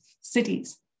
cities